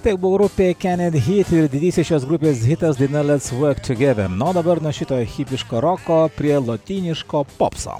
tai buvo grupė kenedhiti ir didysis šios grupės hitas daina lets vork tugeder na o dabar nuo šito hipiško roko prie lotyniško popso